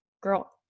girl